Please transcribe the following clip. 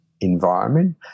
environment